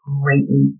greatly